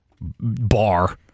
bar